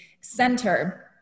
center